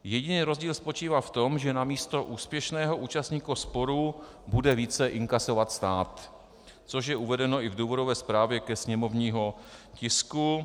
Jediný rozdíl spočívá v tom, že namísto úspěšného účastníka sporu bude více inkasovat stát, což je uvedeno i v důvodové správě ke sněmovnímu tisku.